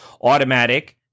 automatic